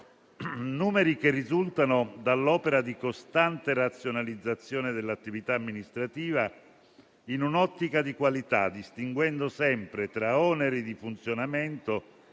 numeri che risultano dall'opera di costante razionalizzazione dell'attività amministrativa in un'ottica di qualità, distinguendo sempre tra oneri di funzionamento,